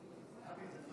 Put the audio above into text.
חברי הכנסת,